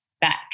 back